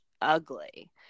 ugly